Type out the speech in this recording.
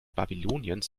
babyloniens